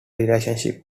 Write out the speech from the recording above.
relationship